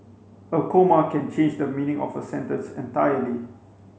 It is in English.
a comma can change the meaning of a sentence entirely